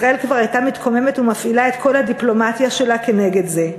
ישראל כבר הייתה מתקוממת ומפעילה את כל הדיפלומטיה שלה כנגד זה.